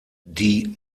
die